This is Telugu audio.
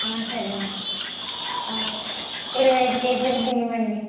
సరేనండి ఇరవైఐదు కేజీలు బియ్యమండి